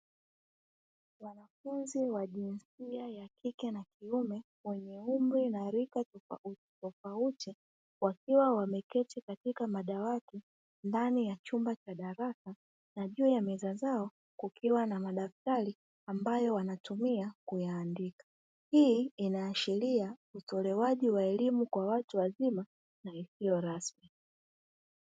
Wanafunzi wa jinsia ya kike na kiume wenye umri na rika tofautitofauti wakiwa wameketi katika madawati ndani ya chumba cha darasa, na juu ya meza zao kukiwa na madaftari ambayo wanayotumia kuandika, hii inaashiria utolewaji elimu kwa watu wazima isiyo rasmi.